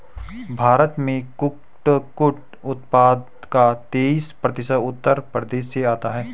भारत में कुटकुट उत्पादन का तेईस प्रतिशत उत्तर प्रदेश से आता है